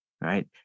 Right